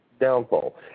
downfall